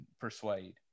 persuade